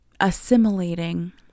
assimilating